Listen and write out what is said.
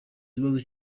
ikibazo